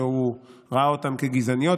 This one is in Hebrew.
שהוא ראה אותן כגזעניות.